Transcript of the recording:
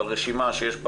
אבל רשימה שיש בה,